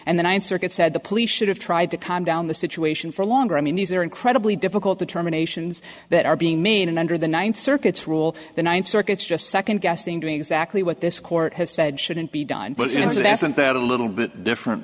and the ninth circuit said the police should have tried to calm down the situation for longer i mean these are incredibly difficult to terminations that are being mean and under the ninth circuit's rule the ninth circuit's just second guessing doing exactly what this court has said shouldn't be done but you know that i think that a little bit different